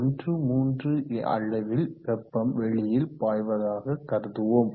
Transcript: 13 அளவில் வெப்பம் வெளியில் பாய்வதாக கருதுவோம்